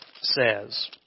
says